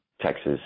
Texas